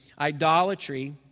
idolatry